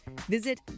Visit